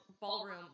Ballroom